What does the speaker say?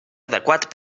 adequat